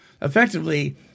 effectively